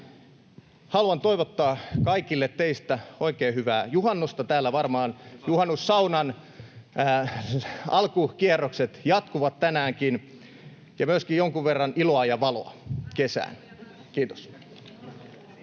juhannusta [Juho Eerola: Hyvää juhannusta!] — täällä varmaan juhannussaunan alkukierrokset jatkuvat tänäänkin — ja myöskin jonkun verran iloa ja valoa kesään. — Kiitos.